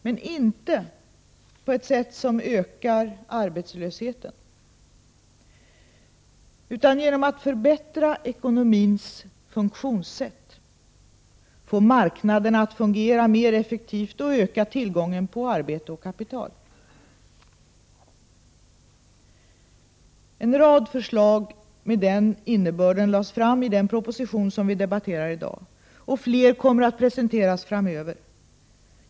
Men inte på ett sätt som ökar arbetslösheten, utan genom att förbättra ekonomins funktionssätt, få marknaderna att fungera mer effektivt och öka tillgången på arbete och kapital. En rad förslag med den innebörden lades fram i den proposition vi debatterar i dag; fler kommer att presenteras framöver.